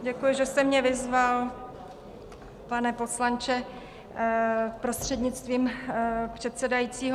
Děkuji, že jste mě vyzval, pane poslanče, prostřednictvím předsedajícího.